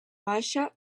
baixa